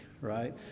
right